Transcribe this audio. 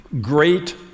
great